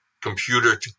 computer